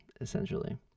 essentially